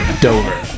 Dover